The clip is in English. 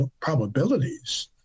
probabilities